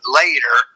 later